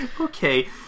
Okay